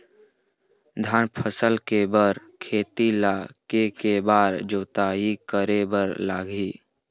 धान फसल के बर खेत ला के के बार जोताई करे बर लगही?